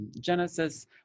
genesis